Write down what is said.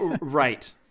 Right